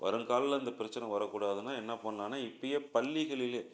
வருங்காலத்தில் இந்த பிரச்சனை வரக்கூடாதுன்னு என்ன பண்ணலான்னா இப்போயே பள்ளிகளிலேயே